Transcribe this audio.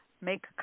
make